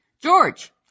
George